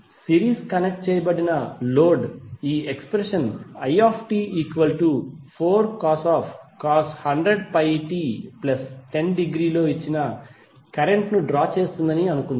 series connect చేయబడిన load ఈ expression it4cos 100πt10° లో ఇచ్చిన కరెంట్ ను డ్రా చేస్తుందని అనుకుందాం